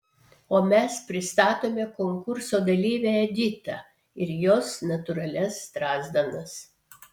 o mes pristatome konkurso dalyvę editą ir jos natūralias strazdanas